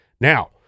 now